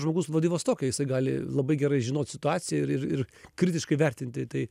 žmogus vladivostoke jisai gali labai gerai žinot situaciją ir ir ir kritiškai vertinti tai